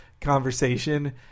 conversation